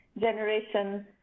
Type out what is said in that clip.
generation